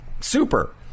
super